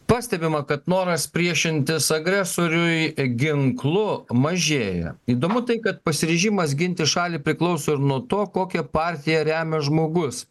pastebima kad noras priešintis agresoriui ginklu mažėja įdomu tai kad pasiryžimas ginti šalį priklauso ir nuo to kokią partiją remia žmogus